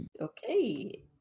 Okay